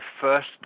first